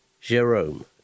Jerome